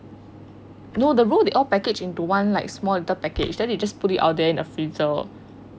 no the roll they all package into one like small little package then they just put it out there in the freezer